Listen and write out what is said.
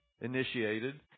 initiated